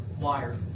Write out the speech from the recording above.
wired